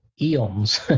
eons